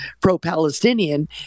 pro-Palestinian